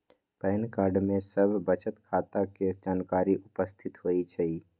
pan card में सभ बचत खता के जानकारी उपस्थित होइ छइ